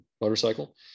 motorcycle